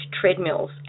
treadmills